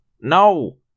No